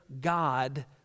God